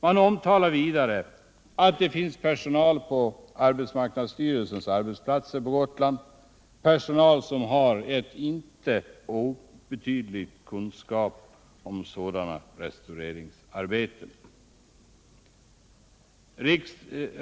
Man omtalar vidare att det finns personal på arbetsmarknadsstyrelsens arbetsplatser på Gotland, personal som har en inte obetydlig kunskap om sådana restaureringsarbeten.